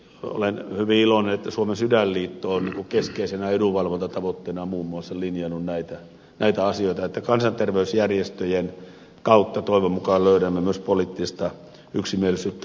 olen hyvin iloinen että suomen sydänliitto on keskeisenä edunvalvontatavoitteenaan muun muassa linjannut näitä asioita niin että kansanterveysjärjestöjen kautta toivon mukaan löydämme myös poliittista yksimielisyyttä